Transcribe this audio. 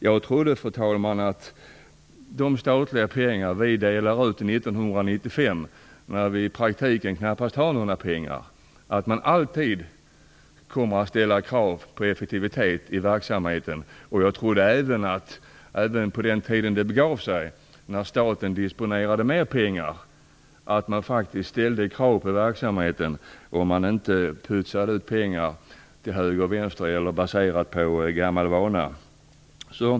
Jag trodde faktiskt att man, när statliga pengar delas ut 1995, när det i praktiken knappast finns några pengar, alltid ställer krav på effektivitet i verksamheten. Jag trodde även att man på den tiden som det begav sig, när staten disponerade mer pengar, ställde krav på verksamheten och inte pytsade ut pengar till höger och vänster av gammal vana.